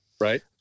Right